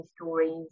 stories